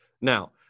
now